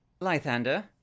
Lithander